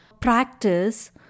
practice